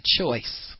choice